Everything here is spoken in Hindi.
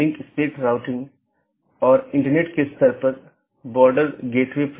यह एक बड़े आईपी नेटवर्क या पूरे इंटरनेट का छोटा हिस्सा है